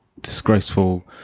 disgraceful